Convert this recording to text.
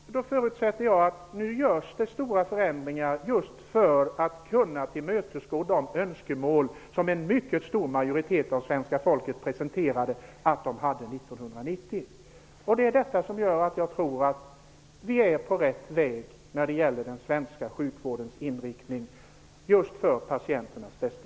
Nu görs stora förändringar just för att kunna tillmötesgå de önskemål som en mycket stor majoritet av svenska folket gav uttryck för 1990. Detta gör att jag tror att vi är på rätt väg med den svenska sjukvårdens inriktning -- för patienternas bästa.